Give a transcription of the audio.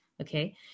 okay